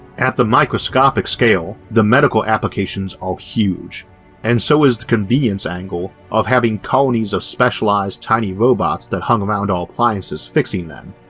at the microscopic scale the medical applications are huge and so is the convenience angle of having colonies of specialized tiny robots that hung around our appliances fixing them,